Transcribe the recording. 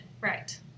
Right